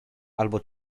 albo